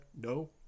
no